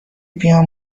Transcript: بیام